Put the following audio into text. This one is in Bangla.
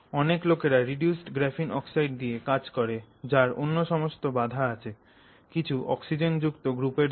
অনেক লোকেরা রিডিউসড গ্রাফিন অক্সাইড দিয়ে কাজ করে যার অন্য সমস্ত বাধা আছে কিছু অক্সিজেনযুক্ত গ্রুপের জন্য